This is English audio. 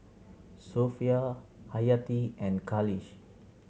Sofea Hayati and Khalish